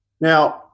Now